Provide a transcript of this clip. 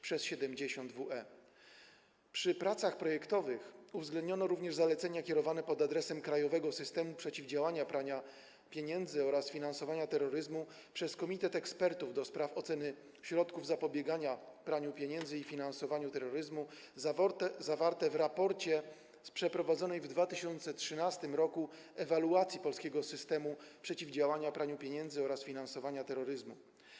Przy pracach projektowych uwzględniono również zalecenia kierowane pod adresem krajowego systemu przeciwdziałania praniu pieniędzy oraz finansowaniu terroryzmu przez komitet ekspertów do spraw oceny środków zapobiegania praniu pieniędzy i finansowaniu terroryzmu, zawarte w raporcie z przeprowadzonej w 2013 r. ewaluacji polskiego systemu przeciwdziałania praniu pieniędzy oraz finansowaniu terroryzmu.